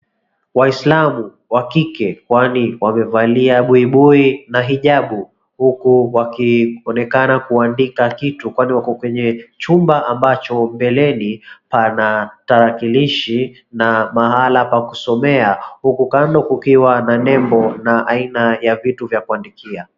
Waislamu wakike kwani wamevalia buibui na hijabu huku wakionekana kuandika kitu kwani wako kwenye chumba ambacho mbeleni pana tarakilishi na mahala pa kusomea huku kando kukiwa na nembo na aina ya vitu vya kuandikia.